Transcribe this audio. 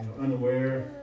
unaware